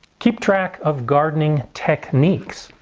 keep track of gardening techniques,